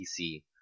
PC